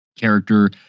character